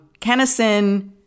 Kennison